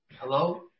Hello